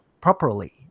properly